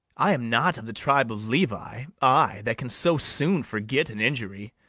i am not of the tribe of levi, i, that can so soon forget an injury.